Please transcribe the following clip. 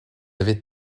avez